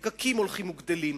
לפקקים הולכים וגדלים,